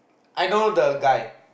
I know the guy